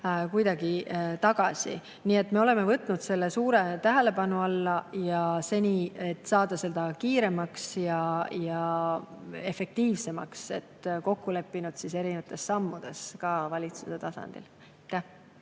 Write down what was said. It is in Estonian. kuidagi tagasi. Me oleme võtnud selle suure tähelepanu alla, et saada seda kiiremaks ja efektiivsemaks, ning oleme kokku leppinud erinevates sammudes ka valitsuse tasandil.